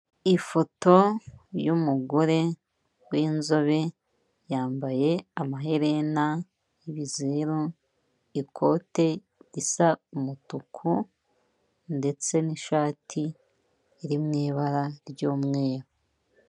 Ifoto y'umugore w'inzobe yambaye amaherena y'ibizeru, ikote risa umutuku ndetse n'ishati iri mu ibara ry'umweru.